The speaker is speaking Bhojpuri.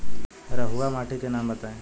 रहुआ माटी के नाम बताई?